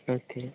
okay